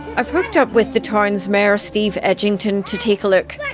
i've hooked up with the town's mayor steve edgington to take a look.